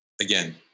again